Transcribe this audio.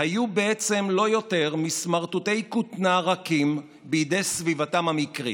היו בעצם לא יותר מסמרטוטי כותנה רכים בידי סביבתם המקרית".